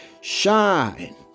shine